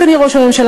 אדוני ראש הממשלה,